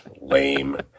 lame